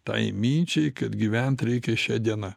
tai minčiai kad gyvent reikia šia diena